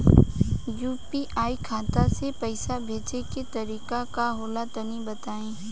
UPI खाता से पइसा भेजे के तरीका का होला तनि बताईं?